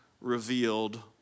revealed